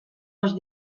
els